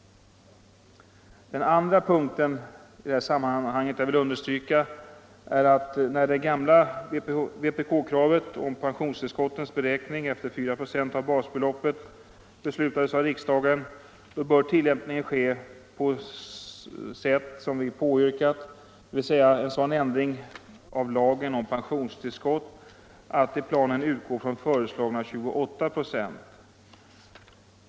Den andra punkten, som jag i detta sammanhang vill understryka, är att när det gamla vpk-kravet om pensionstillskottens beräkning efter 4 96 av basbeloppet beslutats av riksdagen bör tillämpningen ske på sätt som vi påyrkat, dvs. en sådan ändring av lagen om pensionstillskott att man utgår från föreslagna 28 96.